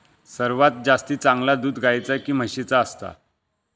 सर्वात जास्ती चांगला दूध गाईचा की म्हशीचा असता?